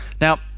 now